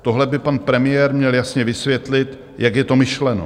Tohle by pan premiér měl jasně vysvětlit, jak je to myšleno.